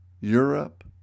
Europe